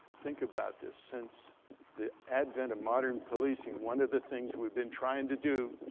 think about this. since the advent of modern policing, one of the things we've been trying to do,